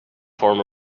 form